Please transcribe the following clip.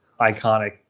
iconic